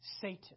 Satan